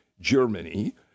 Germany